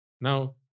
Now